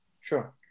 sure